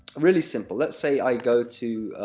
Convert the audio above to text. really simple let's say i go to.